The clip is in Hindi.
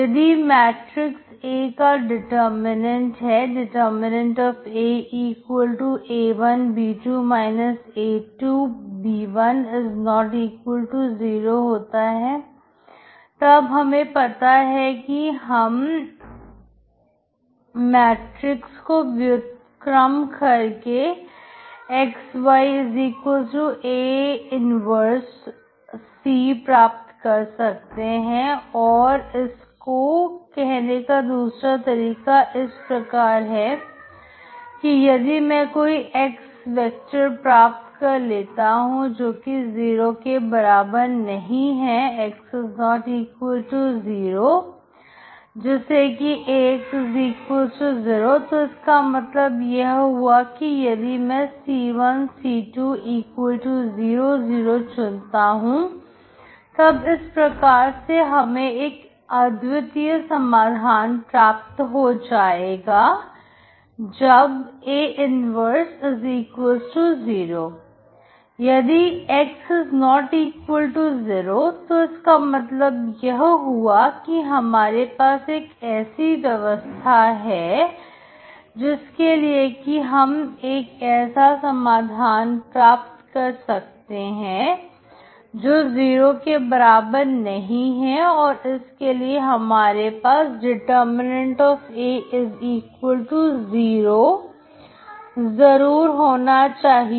यदि मैट्रिक A का डिटर्मिननेंट Aa1b2 a2b1≠0 होता है तब हमें पता है कि हम मैसेज को व्युत्क्रम करके x y A 1Cप्राप्त कर सकते हैं और और इसको कहने का दूसरा तरीका इस प्रकार है कि यदि मैं कोई X वेक्टर प्राप्त कर लेता हूं जो कि जीरो के बराबर नहीं है X≠0 जिससे कि AX0 तो इसका मतलब यह हुआ कि यदि मैं c1 c2 0 0 चुनता हूं तब तब इस प्रकार हमें एक अद्वितीय समाधान प्राप्त हो जाएगा जब A 10 यदि X≠0 तो इसका मतलब यह हुआ कि हमारे पास एक ऐसी व्यवस्था है जिसके लिए कि हम एक ऐसा समाधान प्राप्त कर सकते हैं जो जीरो के बराबर नहीं है और इसके लिए हमारे पास A0 जरूर होना चाहिए